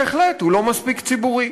בהחלט, הוא לא מספיק ציבורי.